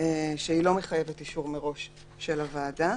ולא מחייבת אישור מראש של הוועדה.